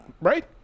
right